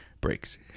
breaks